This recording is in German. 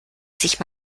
sich